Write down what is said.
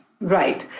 Right